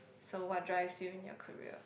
so what drives you in your career